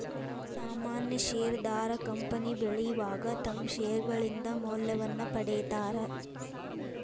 ಸಾಮಾನ್ಯ ಷೇರದಾರ ಕಂಪನಿ ಬೆಳಿವಾಗ ತಮ್ಮ್ ಷೇರ್ಗಳಿಂದ ಮೌಲ್ಯವನ್ನ ಪಡೇತಾರ